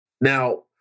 Now